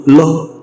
love